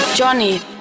Johnny